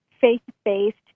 faith-based